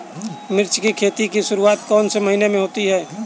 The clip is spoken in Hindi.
मिर्च की खेती की शुरूआत कौन से महीने में होती है?